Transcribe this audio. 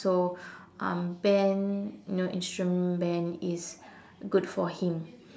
so um band you know instrument band is good for him